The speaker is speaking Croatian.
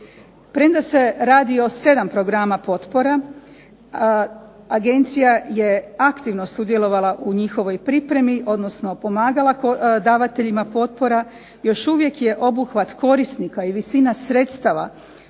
Premda se radi o 7 programa potpora agencija je aktivno sudjelovala u njihovoj pripremi, odnosno pomagala davateljima potpora. Još uvijek je obuhvat korisnika i visina sredstava